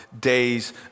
days